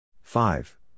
five